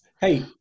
Hey